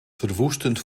verwoestend